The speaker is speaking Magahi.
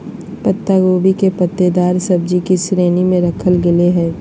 पत्ता गोभी के पत्तेदार सब्जि की श्रेणी में रखल गेले हें